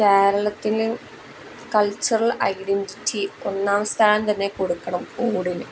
കേരളത്തിന് cultural identity ഒന്നാംസ്ഥാനം തന്നെ കൊടുക്കണം ഓടിന്